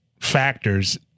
factors